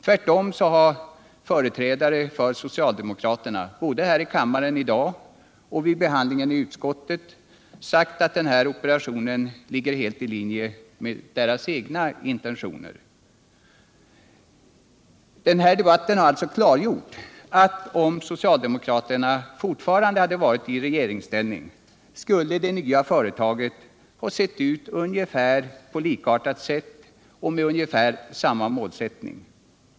Tvärtom har företrädare för socialdemokraterna både här i kammaren i dag och vid behandlingen i utskottet sagt att denna operation ligger helt i linje med deras egna intentioner. Den här debatten har alltså klargjort att om socialdemokraterna fortfarande hade varit i regeringsställning, skulle det nya företaget ha sett ut på likartat sätt och haft ungefär samma målsättning.